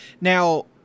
Now